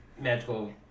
magical